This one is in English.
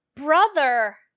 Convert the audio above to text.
brother